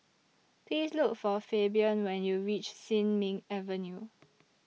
Please Look For Fabian when YOU REACH Sin Ming Avenue